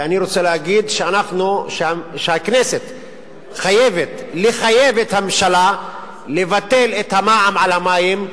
אני רוצה להגיד שהכנסת חייבת לחייב את הממשלה לבטל את המע"מ על המים,